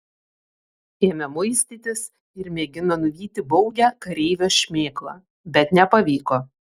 ėmė muistytis ir mėgino nuvyti baugią kareivio šmėklą bet nepavyko